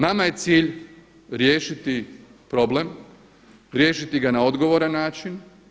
Nama je cilj riješiti problem, riješiti ga na odgovoran način.